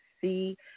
see